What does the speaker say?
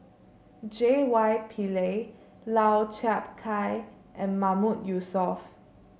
J Y Pillay Lau Chiap Khai and Mahmood Yusof